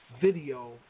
video